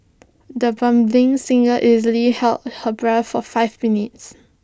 the budding singer easily held her breath for five minutes